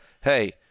Hey